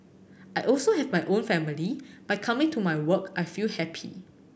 I also have my own family but coming to my work I feel happy